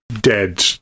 dead